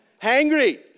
hangry